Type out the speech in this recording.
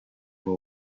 muy